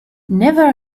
never